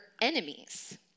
enemies